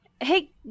Hey